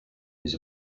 his